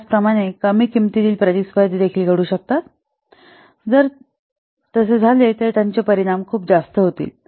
त्याचप्रमाणे कमी किंमतीतील प्रतिस्पर्धी देखील घडू शकतात जर तसे झाले तर त्याचे परिणाम खूप जास्त होतील